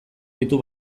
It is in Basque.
ditu